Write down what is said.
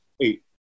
Eight